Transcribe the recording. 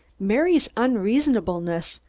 mary's unreasonableness,